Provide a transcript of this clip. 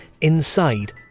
inside